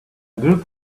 group